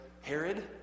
Herod